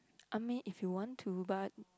I mean if you want to but